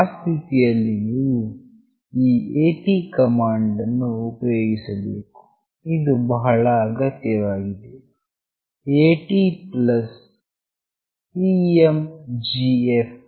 ಆ ಸ್ಥಿತಿಯಲ್ಲಿ ನೀವು ಈ AT ಕಮಾಂಡ್ ಅನ್ನು ಉಪಯೋಗಿಸಬೇಕು ಇದು ಬಹಳ ಅಗತ್ಯವಾಗಿದೆATCMGF1